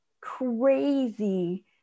crazy